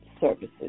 services